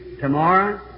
tomorrow